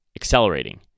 accelerating